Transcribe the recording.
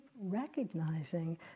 recognizing